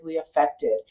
affected